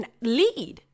lead